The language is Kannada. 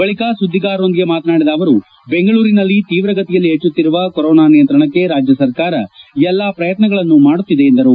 ಬಳಿಕ ಸುದ್ದಿಗಾರರೊಂದಿಗೆ ಮಾತನಾಡಿದ ಅವರು ಬೆಂಗಳೂರಿನಲ್ಲಿ ತೀವ್ರಗತಿಯಲ್ಲಿ ಹೆಚ್ಚುತ್ತಿರುವ ಕೊರೋನಾ ನಿಯಂತ್ರಣಕ್ಕೆ ರಾಜ್ಯ ಸರ್ಕಾರ ಎಲ್ಲಾ ಪ್ರಯತ್ನಗಳನ್ನು ಮಾಡುತ್ತಿದೆ ಎಂದರು